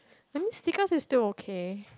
I mean sticker is still okay